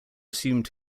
assumed